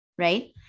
Right